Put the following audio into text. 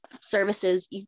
services